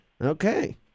Okay